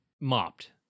mopped